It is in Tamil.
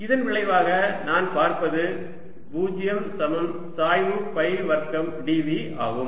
இதன் விளைவாக நான் பார்ப்பது 0 சமம் சாய்வு ஃபை வர்க்கம் dV ஆகும்